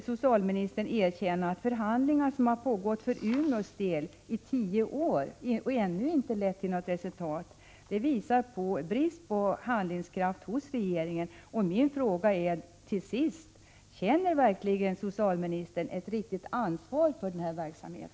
Socialministern måste väl erkänna att de förhandlingar som för Umeås del har pågått i tio år men ännu inte lett till några resultat visar på regeringens bristande handlingskraft.